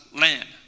land